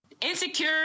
Insecure